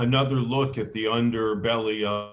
another look at the underbelly